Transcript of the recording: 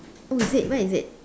oh is it where is it